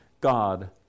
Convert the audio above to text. God